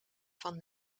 van